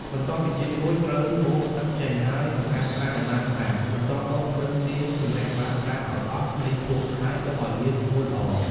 បន្ទាប់ពីជីករួច ត្រូវបូមទឹកចេញ ហើយសម្អាតស្រះឲ្យបានស្អាត បន្ទាប់មកត្រូវលាងជម្រះបាតស្រះឲ្យអស់ដីភក់ ហើយទុកឲ្យវាស្ងួតល្អ។